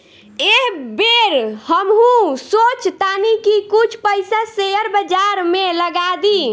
एह बेर हमहू सोचऽ तानी की कुछ पइसा शेयर बाजार में लगा दी